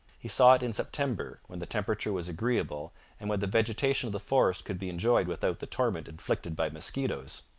he saw it in september, when the temperature was agreeable and when the vegetation of the forest could be enjoyed without the torment inflicted by mosquitoes.